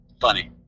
funny